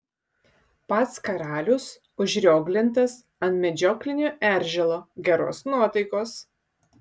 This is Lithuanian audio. pats karalius užrioglintas ant medžioklinio eržilo geros nuotaikos